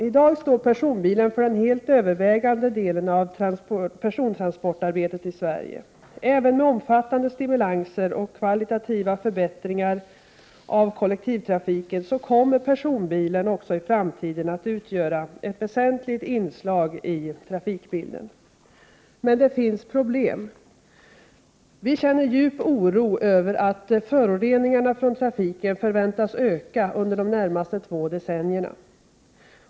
I dag står personbilen för den helt övervägande delen av persontransportarbetet i Sverige. Även med omfattande stimulanser och kvalitativa förbättringar av kollektivtrafiken, kommer personbilen också i framtiden att utgöra ett väsentligt inslag i trafikbilden. Men det finns problem. Vi känner djup oro över att föroreningarna från trafiken förväntas öka under de närmaste två decennierna.